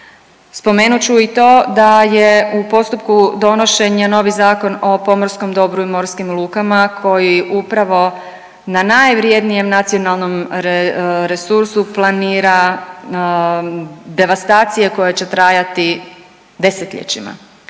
Spomenut ću i to da je u postupku donošenja novi Zakon o pomorskom dobru i morskim lukama koji upravo na najvrjednijem nacionalnom resursu planira devastacije koje će trajati desetljećima,